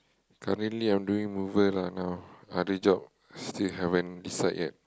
currently I'm doing mover lah now other job still haven't decide yet